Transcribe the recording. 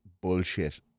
bullshit